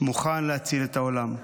מוכן להציל את העולם".